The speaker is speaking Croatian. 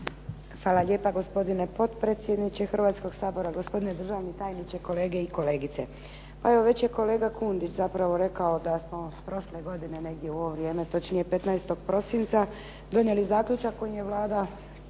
Hvala lijepa gospodine potpredsjedniče Hrvatskog sabora, gospodine državni tajniče, kolege i kolegice.